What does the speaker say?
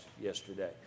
yesterday